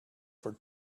for